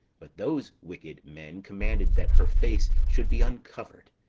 but those wicked men commanded that her face should be uncovered,